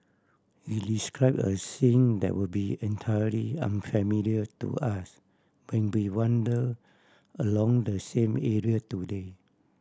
he describe a scene that will be entirely unfamiliar to us when we wander along the same area today